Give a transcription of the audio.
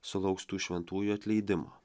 sulauks tų šventųjų atleidimo